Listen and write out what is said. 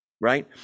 right